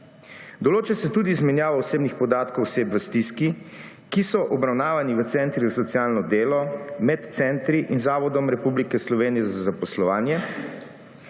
Določa se tudi izmenjava osebnih podatkov oseb v stiski, ki so obravnavane v centrih za socialno delo, med centri in Zavodom Republike Slovenije za zaposlovanje